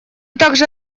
также